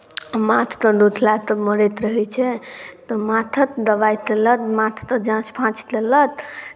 माथते दुखलासँ मरैत रहै छै तऽ माथत दवाइ तेलक माथते जाँच फाँच तेलत